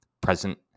present